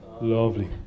Lovely